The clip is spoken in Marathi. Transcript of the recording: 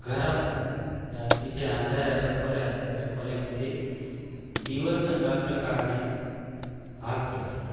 घरामध्ये ज्या अतिशय अंधाऱ्या अशा खोल्या असतात त्या खोल्यांमध्ये दिवस न रात्र काढणं भाग पडतं